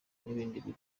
n’ibindi